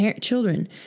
children